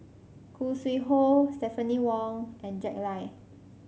Khoo Sui Hoe Stephanie Wong and Jack Lai